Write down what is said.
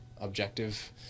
objective